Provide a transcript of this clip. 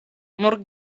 nur